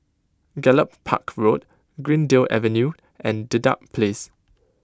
Gallop Park Road Greendale Avenue and Dedap Place